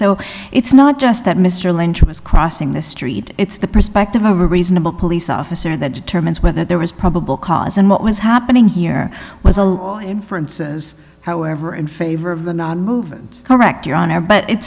so it's not just that mr lynch was crossing the street it's the perspective of a reasonable police officer that term and whether there was probable cause and what was happening here was a inference however in favor of the nonmoving correct your honor but it